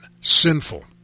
sinful